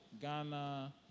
Ghana